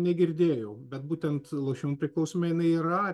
negirdėjau bet būtent lošimų priklausomybė jinai yra